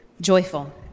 joyful